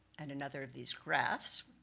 and another of these graphs.